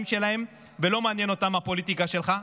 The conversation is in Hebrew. שלהם ולא מעניינת אותם הפוליטיקה שלך,